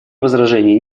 возражений